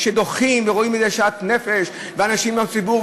דוחים ורואים את זה בשאט-נפש אנשים מהציבור,